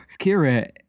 Kira